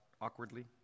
awkwardly